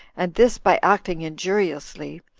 and this by acting injuriously,